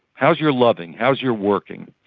how's your loving, how's your working?